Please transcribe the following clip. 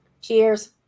Cheers